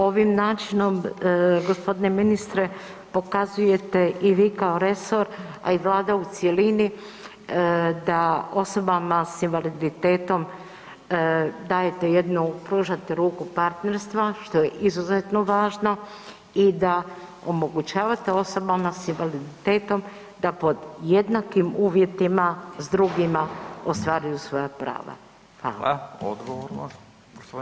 Ovim načinom gospodine ministre pokazujete i vi kao resor, a i Vlada u cjelini da osobama s invaliditetom pružate ruku partnerstva što je izuzetno važno i da omogućavate osobama s invaliditetom da pod jednakim uvjetima s drugima ostvaruju svoja prava.